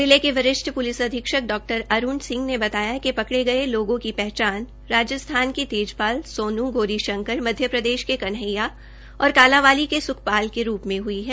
जिले के वरिष्ठ प्लिस अधीक्षक डा अरूण सिंह ने बताया कि पकड़े गये लोगों की पहचान राजस्थान के तेजपाल सोनू गौर शंकर मध्य प्रदेश के कन्हैया और कालांवाली के स्खपाल के रूप में हई है